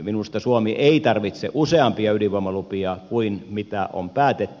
minusta suomi ei tarvitse useampia ydinvoimalupia kuin mitä on päätetty